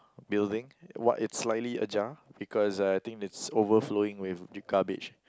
building it's slightly ajar because I think it's overflowing with garbage